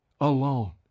alone